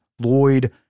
Lloyd